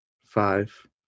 Five